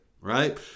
right